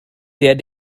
der